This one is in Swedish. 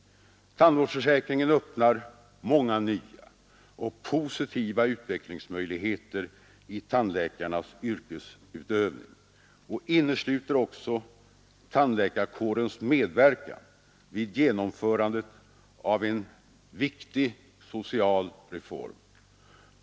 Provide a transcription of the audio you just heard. Tandvårdsförsäkringen öppnar många nya och positiva utvecklingsmöjligheter i tandläkarnas yrkesutövning och innesluter också tandläkarkårens medverkan vid genomförandet av en viktig social reform.